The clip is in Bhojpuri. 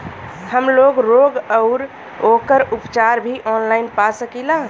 हमलोग रोग अउर ओकर उपचार भी ऑनलाइन पा सकीला?